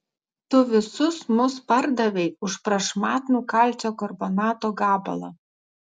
tu visus mus pardavei už prašmatnų kalcio karbonato gabalą